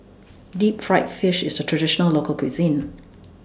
Deep Fried Fish IS A Traditional Local Cuisine